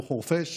הוא חורפיש,